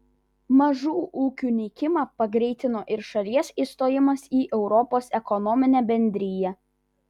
mažų ūkių nykimą pagreitino ir šalies įstojimas į europos ekonominę bendriją